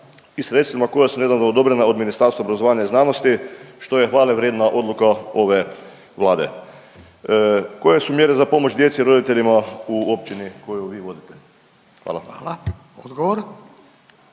i sredstvima koja su nedavno odobrena od Ministarstva obrazovanja i znanosti što je hvale vrijedna odluka ove Vlade. Koje su mjere za pomoć djeci i roditeljima u općini koju vi vodite? Hvala. **Radin,